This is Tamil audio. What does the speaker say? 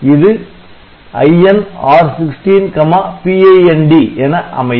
இது IN R16 PIND என அமையும்